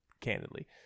candidly